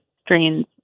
strains